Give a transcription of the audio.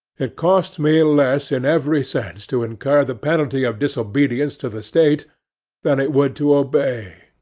it costs me less in every sense to incur the penalty of disobedience to the state than it would to obey.